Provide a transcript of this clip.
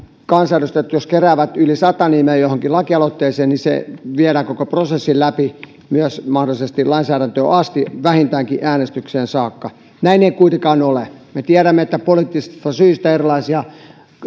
kansanedustajat keräävät yli sata nimeä johonkin lakialoitteeseen niin se viedään koko prosessin läpi myös mahdollisesti lainsäädäntöön asti vähintäänkin äänestykseen saakka näin ei kuitenkaan ole me tiedämme että poliittisista syistä erilaisia